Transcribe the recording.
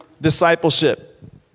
discipleship